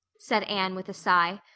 said anne with a sigh.